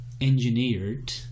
engineered